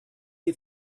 you